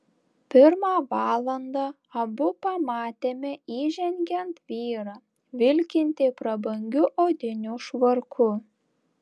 pirmą valandą abu pamatėme įžengiant vyrą vilkintį prabangiu odiniu švarku